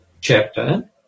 chapter